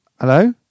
Hello